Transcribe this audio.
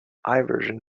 iverson